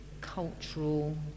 cultural